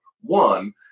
one